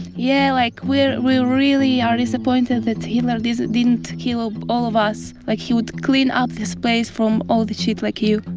yeah, like, we really are disappointed that hitler didn't didn't kill ah all of us. like he would clean up this place from all the shit like you.